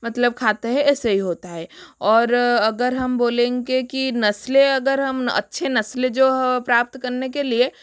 मतलब खाते हैं ऐसे ही होता है और अगर हम बोलेंगे कि नस्लें अगर हम अच्छे नस्लें जो प्राप्त करने के लिए